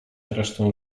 resztę